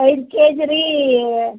ಐದು ಕೆ ಜ್ ರಿ